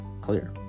clear